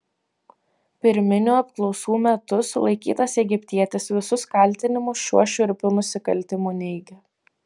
pirminių apklausų metu sulaikytas egiptietis visus kaltinimus šiuo šiurpiu nusikaltimu neigia